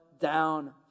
down